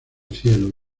cielo